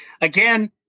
Again